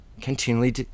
continually